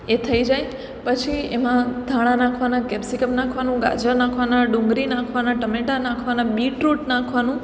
એ થઈ જાય પછી એમાં ધાણાં નાખવાનાં કેપ્સીકમ નાખવાનું ગાજર નાખવાના ડુંગળી નાખવાના ટમેટાં નાખવાનાં બીટ રૂટ નાખવાનું